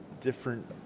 different